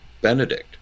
Benedict